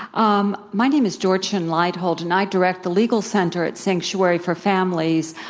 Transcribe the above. um my name is dorchen leidholdt. and i direct the legal center at sanctuary for families.